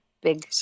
big